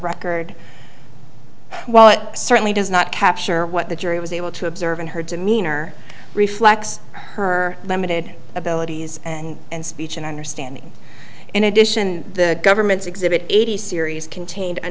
record while it certainly does not capture what the jury was able to observe in her demeanor reflects her limited abilities and and speech and understanding in addition the government's exhibit eighty series contained a